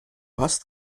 hast